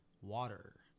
Water